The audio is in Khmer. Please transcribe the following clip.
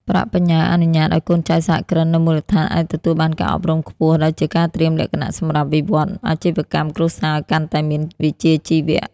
ប្រាក់បញ្ញើអនុញ្ញាតឱ្យកូនចៅសហគ្រិននៅមូលដ្ឋានអាចទទួលបានការអប់រំខ្ពស់ ដែលជាការត្រៀមលក្ខណៈសម្រាប់វិវត្តន៍អាជីវកម្មគ្រួសារឱ្យកាន់តែមានវិជ្ជាជីវៈ។